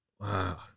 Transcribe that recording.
Wow